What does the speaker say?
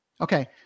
Okay